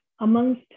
amongst